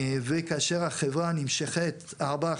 וכאשר החברה נמשכת ארבע,